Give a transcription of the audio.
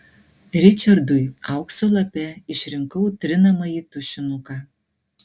ričardui aukso lape išrinkau trinamąjį tušinuką